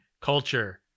culture